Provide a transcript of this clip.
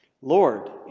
Lord